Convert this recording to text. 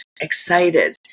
excited